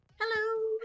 Hello